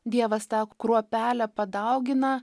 dievas tą kruopelę padaugina